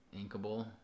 Inkable